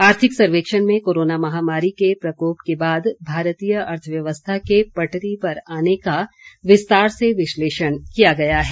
आर्थिक सर्वेक्षण में कोरोना महामारी के प्रकोप के बाद भारतीय अर्थव्यवस्था के पटरी पर आने का विस्तार से विश्लेषण किया गया है